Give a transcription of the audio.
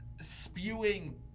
spewing